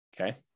okay